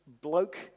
bloke